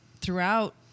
throughout